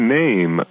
name